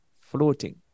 floating